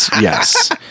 yes